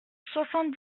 soixante